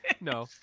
No